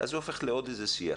זה הופך לעוד איזה שיח.